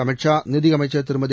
அமித்ஷா நிதியமைச்ச் திருமதி